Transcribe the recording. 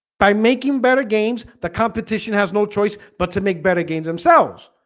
by making better games the competition has no choice but to make better games themselves